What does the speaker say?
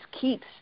keeps